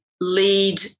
lead